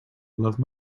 love